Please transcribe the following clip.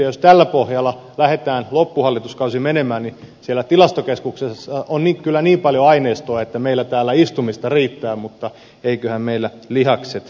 jos tällä pohjalla lähdetään loppuhallituskausi menemään niin siellä tilastokeskuksessa on kyllä niin paljon aineistoa että meillä täällä istumista riittää mutta eiköhän meillä lihakset kestä